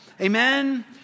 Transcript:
Amen